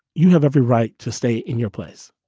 you have every right to stay in your place.